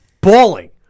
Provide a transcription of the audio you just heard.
balling